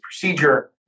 procedure